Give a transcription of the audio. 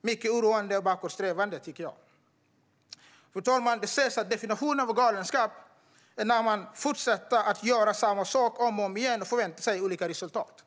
Jag tycker att det är mycket oroande och bakåtsträvande. Fru talman! Det sägs att definitionen av galenskap är när man fortsätter att göra samma sak om och om igen och förväntar sig olika resultat.